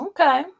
Okay